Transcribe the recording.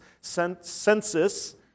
census